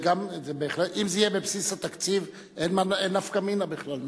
אם זה יהיה בבסיס התקציב, אין נפקא מינה בכלל.